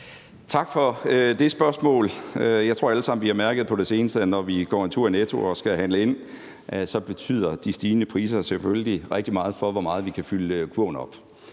Tak for det spørgsmål. Jeg tror, at vi alle sammen på det seneste har mærket, at når vi går en tur i Netto og skal handle ind, betyder de stigende priser selvfølgelig rigtig meget for, hvor meget vi kan fylde kurven op.